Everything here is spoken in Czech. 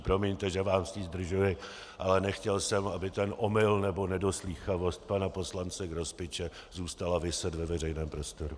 Promiňte, že vás tím zdržuji, ale nechtěl jsem, aby ten omyl nebo nedoslýchavost pana poslance Grospiče zůstala viset ve veřejném prostoru.